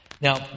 Now